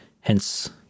Hence